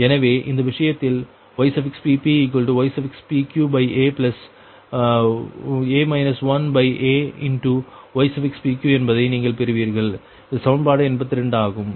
எனவே அந்த விஷயத்தில் Yppypqaa 1aypq என்பதை நீங்கள் பெறுவீர்கள் இது சமன்பாடு 82 ஆகும்